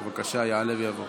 בבקשה, יעלה ויבוא.